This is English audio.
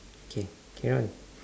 okay can one